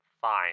fine